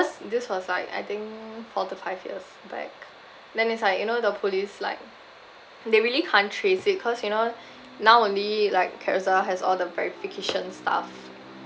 this was like I think four to five years back then it's like you know the police like they really can't trace it cause you know now only like carousell has all the verification stuff